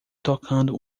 tocando